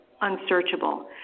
unsearchable